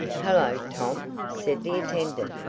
hello, tom! said the attendant,